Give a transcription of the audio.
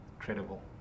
incredible